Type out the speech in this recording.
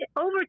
over